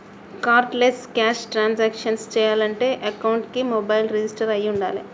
cardless cash transactions చెయ్యాలంటే అకౌంట్కి mobile register అయ్యి వుండాలే